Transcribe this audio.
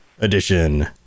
edition